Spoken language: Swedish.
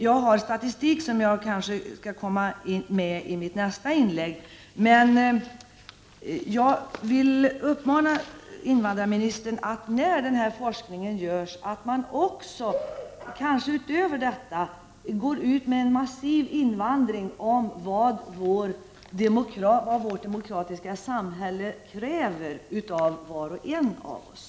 Jag har statistik, som jag skall ta upp i mitt nästa inlägg. Jag vill uppmana invandrarministern att se till att man i samband med forskningen dessutom går ut med massiv information om vad vårt demokratiska samhälle kräver av var och en av oss.